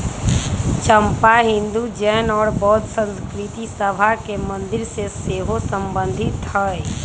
चंपा हिंदू, जैन और बौद्ध संस्कृतिय सभ के मंदिर से सेहो सम्बन्धित हइ